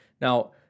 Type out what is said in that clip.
Now